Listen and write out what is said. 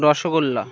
rasgulla